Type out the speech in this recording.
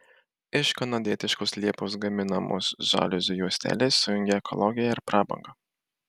iš kanadietiškos liepos gaminamos žaliuzių juostelės sujungia ekologiją ir prabangą